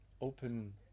open